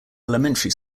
elementary